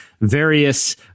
Various